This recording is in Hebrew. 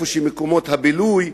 במקומות הבילוי,